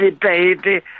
baby